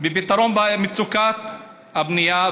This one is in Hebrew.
בפתרון מצוקת הבנייה.